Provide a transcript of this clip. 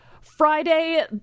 Friday